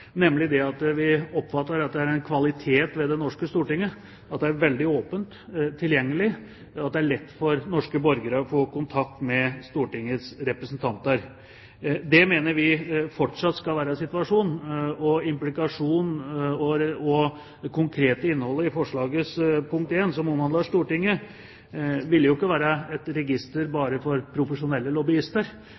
nemlig at vi oppfatter det slik at det er en kvalitet ved Det norske storting at det er veldig åpent og tilgjengelig, og at det er lett for norske borgere å få kontakt med Stortingets representanter. Det mener vi fortsatt skal være situasjonen. Og når det gjelder det konkrete innholdet i forslagets punkt 1, som omhandler Stortinget, ville jo ikke det ha vært et register bare for profesjonelle